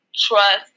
Trust